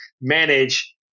manage